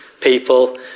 people